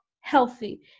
healthy